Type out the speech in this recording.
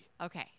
Okay